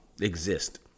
exist